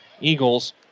Eagles